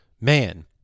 Man